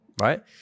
right